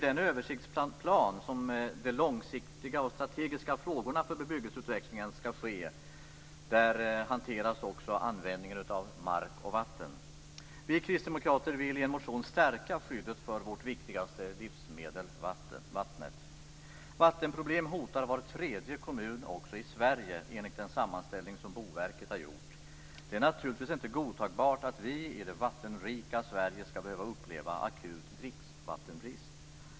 I översiktsplanen för hur de långsiktiga och strategiska frågorna för bebyggelseutvecklingen skall klaras av hanteras också användningen av mark och vatten. Vi kristdemokrater vill i en motion stärka skyddet för vårt viktigaste livsmedel: vattnet. Vattenproblem hotar var tredje kommun också i Sverige enligt en sammanställning som Boverket har gjort. Det är naturligtvis inte godtagbart att vi i det vattenrika Sverige skall behöva uppleva akut dricksvattenbrist.